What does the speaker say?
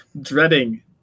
Dreading